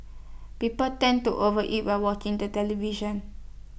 people tend to overeat while walking the television